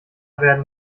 werden